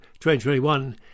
2021